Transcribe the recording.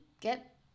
get